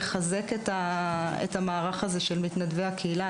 לחזק את המערך של מתנדבי הקהילה.